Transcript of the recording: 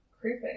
creepy